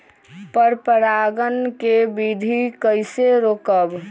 पर परागण केबिधी कईसे रोकब?